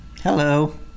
Hello